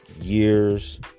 years